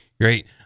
Great